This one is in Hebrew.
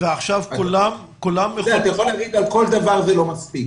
אתה יכול להגיד על כל דבר שזה לא מספיק,